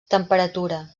temperatura